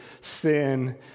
sin